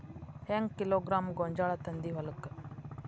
ಹೆಂಗ್ ಕಿಲೋಗ್ರಾಂ ಗೋಂಜಾಳ ತಂದಿ ಹೊಲಕ್ಕ?